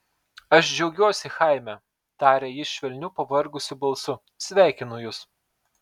aš džiaugiuosi chaime tarė ji švelniu pavargusiu balsu sveikinu jus